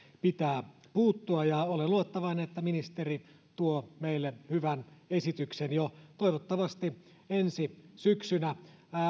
pitää puuttua ja olen luottavainen että ministeri tuo meille hyvän esityksen toivottavasti jo ensi syksynä